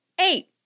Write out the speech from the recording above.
eight